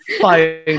phone